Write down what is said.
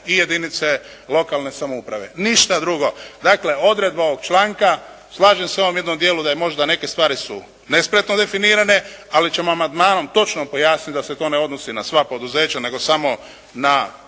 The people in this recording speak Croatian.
i jedinice lokalne samouprave. Ništa drugo. Dakle, odredba od članka, slažem se u ovom jednom dijelu da je možda neke stvari su nespretno definirane, ali ćemo amandmanom točno pojasniti da se to ne odnosi na sva poduzeća nego samo na